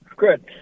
Good